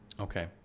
Okay